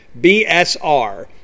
BSR